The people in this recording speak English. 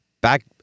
back